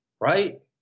right